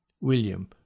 William